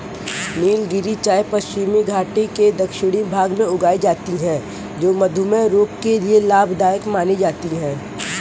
नीलगिरी चाय पश्चिमी घाटी के दक्षिणी भाग में उगाई जाती है जो मधुमेह रोग के लिए लाभदायक मानी जाती है